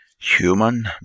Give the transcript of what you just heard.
Human